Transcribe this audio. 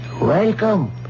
Welcome